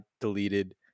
deleted